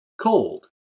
cold